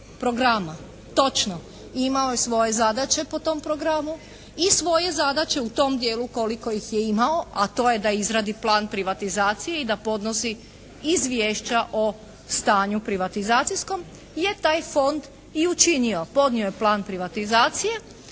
programa. Točno. Imao je svoje zadaće po tom programu i svoje zadaće u tom dijelu koliko ih je imao, a to je da izradi plan privatizacije i da podnosi izvješća o stanju privatizacijskom, je taj fond i učinio. Podnio je plan privatizacije,